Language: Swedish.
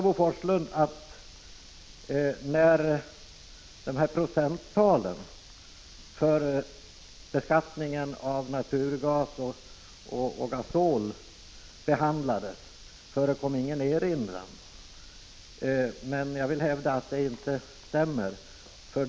Bo Forslund sade också att ingen erinran gjordes när frågan om procenttalen vad gäller beskattningen av naturgas och gasol behandlades. Jag hävdar dock att detta inte stämmer.